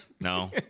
No